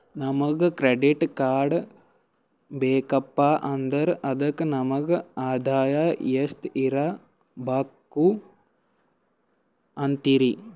ನಮಗ credit card ಬೇಕಪ್ಪ ಅಂದ್ರ ಅದಕ್ಕ ನಮಗ ಆದಾಯ ಎಷ್ಟಿರಬಕು ಅಂತೀರಿ?